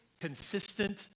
Consistent